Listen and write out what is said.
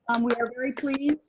um we are very pleased.